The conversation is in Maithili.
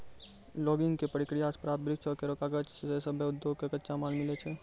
लॉगिंग क प्रक्रिया सें प्राप्त वृक्षो केरो कागज सें सभ्भे उद्योग कॅ कच्चा माल मिलै छै